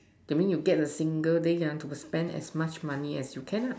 that mean you get a single day ah to spend as much money as you can lah